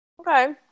Okay